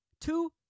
two